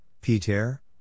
Peter